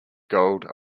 gold